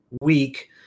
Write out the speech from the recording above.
week